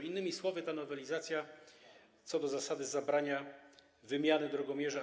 Innymi słowy ta nowelizacja co do zasady zabrania wymiany drogomierza.